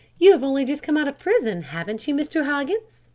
you have only just come out of prison, haven't you, mr. hoggins?